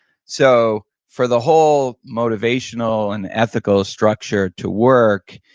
so for the whole motivational and ethical structure to work,